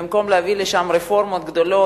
ובמקום להביא שם רפורמות גדולות,